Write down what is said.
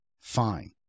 fine